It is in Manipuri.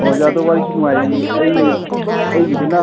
ꯑꯣ ꯑꯣꯖꯥ ꯑꯗꯣ ꯋꯥꯔꯤꯁꯨ ꯅꯨꯡꯉꯥꯏꯔꯤ ꯑꯩ ꯑꯩꯒꯤꯗꯨꯅ